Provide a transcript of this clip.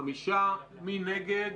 מי נגד?